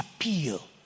appeal